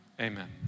Amen